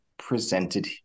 presented